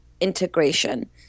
integration